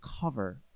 cover